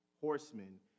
horsemen